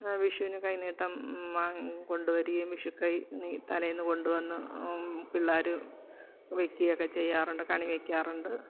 വിഷുവിന് കൈനീട്ടം കൊണ്ടുവരികയും വിഷുക്കൈനീട്ടം തലേന്ന് കൊണ്ടു വന്ന് പിള്ളാർ വെക്കുകയൊക്കെ ചെയ്യാറുണ്ട് കണി വെക്കാറുണ്ട്